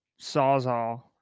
sawzall